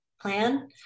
plan